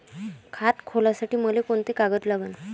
खात खोलासाठी मले कोंते कागद लागन?